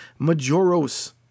majoros